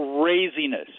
craziness